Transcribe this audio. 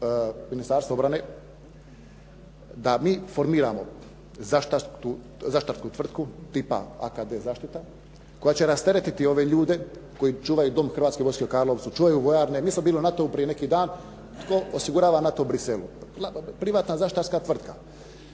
Ministarstvu obrane da mi formiramo zaštitarsku tvrtku tipa "AKD zaštita" koja će rasteretiti ove ljude koji čuvaju Dom Hrvatske vojske u Karlovcu, čuvaju vojarne. Mi smo bili u NATO-u prije neki dan, tko osigurava NATO u Bruxellesu? Privatna zaštitarska tvrtka.